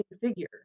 figure